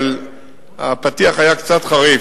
אבל הפתיח היה קצת חריף,